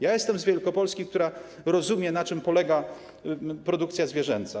Ja jestem z Wielkopolski, która rozumie, na czym polega produkcja zwierzęca.